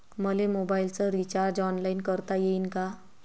मले मोबाईलच recharge online करता येईन का?